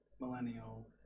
millennial